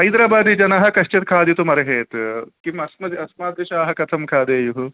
हैदराबादिजनाः कश्चन् खादितुम् अर्हेत् किम् अस्मद् अस्मद्दृशः कथं खादेयुः